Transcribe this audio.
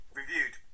reviewed